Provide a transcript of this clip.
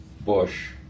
Bush